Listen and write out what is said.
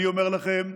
אני אומר לכם,